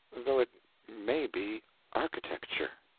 though it may be architecture.